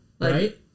right